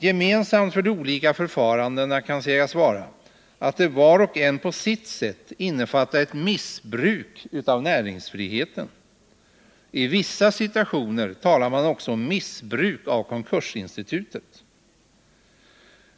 Gemensamt för de olika förfarandena kan sägas vara att de var och en på sitt sätt innefattar ett missbruk av näringsfriheten. I vissa situationer talar man också om missbruk av konkursinstitutet.